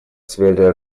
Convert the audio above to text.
сфере